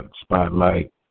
Spotlight